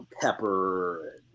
pepper